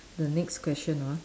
the next question ah